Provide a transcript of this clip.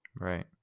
Right